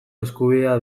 eskubidea